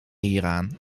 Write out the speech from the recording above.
hieraan